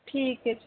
ਠੀਕ ਹੈ ਜੀ